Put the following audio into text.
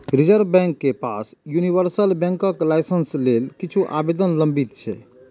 reserve bank के पास universal बैंकक लाइसेंस लेल किछु आवेदन लंबित छै